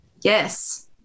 Yes